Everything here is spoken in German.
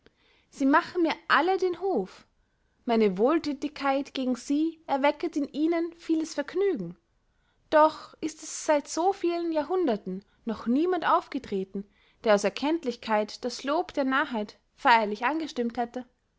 sie machen mir alle den hof meine wohlthätigkeit gegen sie erwecket in ihnen vieles vergnügen doch ist seit so vielen jahrhunderten noch niemand aufgetreten der aus erkenntlichkeit das lob der narrheit feyerlich angestimmt hätte